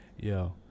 yo